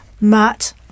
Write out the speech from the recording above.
Matt